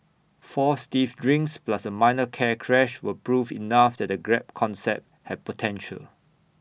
four stiff drinks plus A minor car crash were proof enough that the grab concept had potential